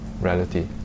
reality